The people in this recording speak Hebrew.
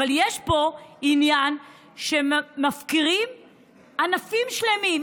אבל יש פה עניין שמפקירים ענפים שלמים,